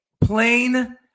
plain